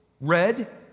Red